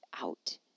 out